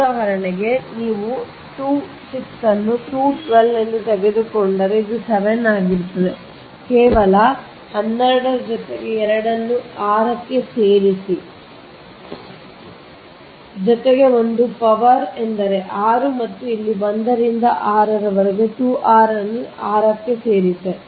ಉದಾಹರಣೆಗೆ ನೀವು ಈ 2 6 ಅನ್ನು 2 12 ಗೆ ತೆಗೆದುಕೊಂಡರೆ ಇದು 7 ಆಗಿರುತ್ತದೆ ಕೇವಲ 12 ಜೊತೆಗೆ 2 ಅನ್ನು 6 12 ಗೆ ಸೇರಿಸಿ ಜೊತೆಗೆ ಒಂದು ಪವರ್ ಎಂದರೆ 6 ಮತ್ತು ಇಲ್ಲಿ 1 ಎಂದರೆ 6 ಮತ್ತು ಇಲ್ಲಿ 2 r ಅನ್ನು 6 ಗೆ ಸೇರಿಸಿ